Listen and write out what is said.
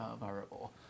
variable